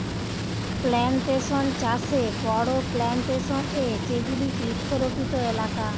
plantation চাষে বড়ো plantation এ যেগুলি বৃক্ষরোপিত এলাকা